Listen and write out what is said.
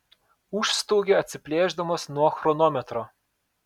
užstaugė atsiplėšdamas nuo chronometro